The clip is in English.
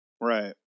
Right